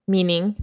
Meaning